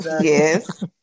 Yes